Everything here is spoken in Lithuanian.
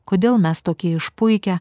kodėl mes tokie išpuikę